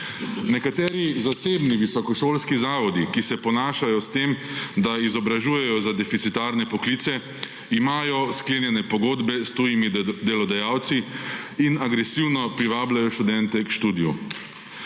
Nekateri zasebni visokošolski zavodi, ki se ponašajo s tem, da izobražujejo za deficitarne poklice, imajo sklenjene pogodbe s tujimi delodajalci in agresivno privabljajo študente k študiju.